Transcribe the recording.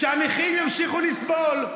שהנכים ימשיכו לסבול.